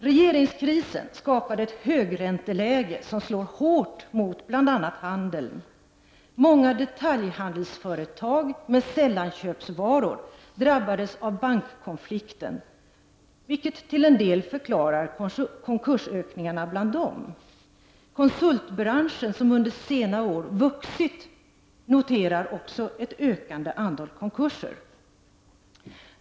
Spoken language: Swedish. Regeringskrisen skapade ett högränteläge som slår hårt mot bl.a. handeln. Många detaljhandelsföretag med s.k. sällanköpsvaror drabbades av bankkonflikten, vilket till en del förklarar konkursökningen bland dem. Konsultbranschen, som under senare år vuxit, noterar också ett ökande antal konkurser.